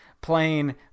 playing